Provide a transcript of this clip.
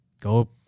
go